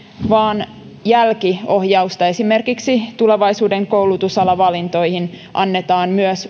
vaan jälkiohjausta esimerkiksi tulevaisuuden koulutusalavalintoihin annetaan myös